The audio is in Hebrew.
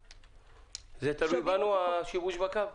סליחה, זה תלוי בנו השיבוש בקו?